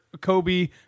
Kobe